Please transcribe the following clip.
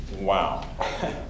wow